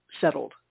settled